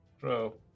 Bro